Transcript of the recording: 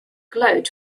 glowed